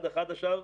זאת